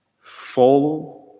Follow